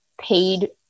paid